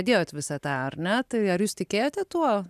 įdėjot visą tą ar ne tai ar jūs tikėjote tuo